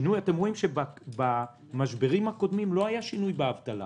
אתם רואים שבמשברים הקודמים לא היה שינוי באבטלה,